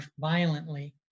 violently